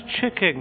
chicken